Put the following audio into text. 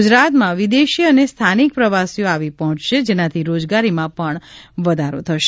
ગુજરાતમાં વિદેશી અને સ્થાનિક પ્રવાસીઓ આવી પર્હોચશે જેનાથી રોજગારીમાં પણ વધારો થશે